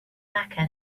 mecca